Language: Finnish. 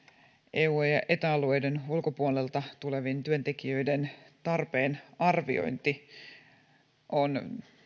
eu ja eta alueiden ulkopuolelta tulevien työntekijöiden tarpeen arviointi on